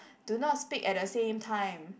do not speak at the same time